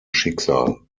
schicksal